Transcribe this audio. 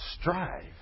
strive